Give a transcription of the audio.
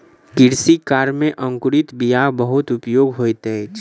कृषि कार्य में अंकुरित बीयाक बहुत उपयोग होइत अछि